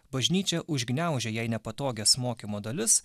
bažnyčia užgniaužė jai nepatogias mokymo dalis